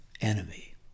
enemy